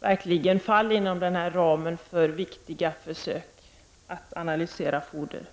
verkligen faller inom ramen för viktiga försök att analysera fodret.